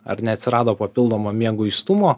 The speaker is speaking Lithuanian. ar neatsirado papildomo mieguistumo